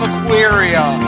Aquaria